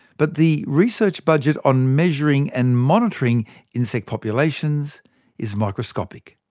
but the research budget on measuring and monitoring insect populations is microscopic.